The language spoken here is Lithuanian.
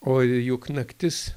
o juk naktis